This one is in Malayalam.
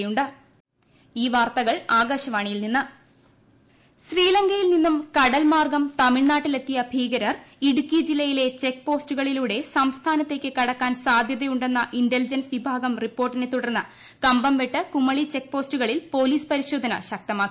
ഇടുക്കി പോലീസ് പരിശോധന ഇൻട്രോ ശ്രീലങ്കയിൽ നിന്നും കടൽമാർഗ്ഗം തമിഴ്നാട്ടിൽ എത്തിയ ഭീകരർ ഇടുക്കി ജില്ലയിലെ ചെക്ക് പോസ്റ്റുകളിലൂടെ സംസ്ഥാനത്തേക്ക് കടക്കാൻ സാധ്യത എന്ന ഇന്റലിജൻസ് വിഭാഗ റിപ്പോർട്ടിനെ തുടർന്ന് കമ്പംമേട് കുമളി ചെക്ക്പോസ്റ്റുകളിൽ പോലീസ് പരിശോധന ശക്തമാക്കി